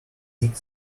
thick